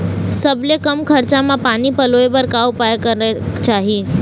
सबले कम खरचा मा पानी पलोए बर का उपाय करेक चाही?